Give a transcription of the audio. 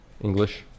English